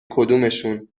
کدومشون